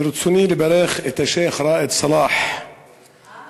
ברצוני לברך את השיח' ראאד סלאח על -- אהה.